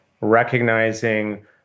recognizing